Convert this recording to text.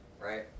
right